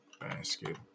basket